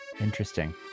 Interesting